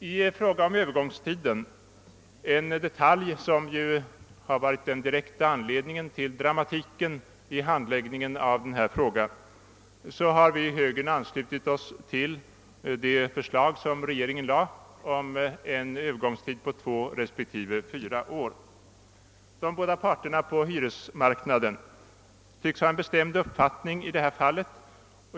I fråga om övergångstiden — den detalj som varit den direkta orsaken till dramatiken i handläggningen av denna fråga — har vi i högern anslutit oss till regeringens förslag om två respektive fyra års övergångstid. De båda parterna på hyresmarknaden tycks ha en bestämd uppfattning i detta fall.